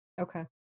Okay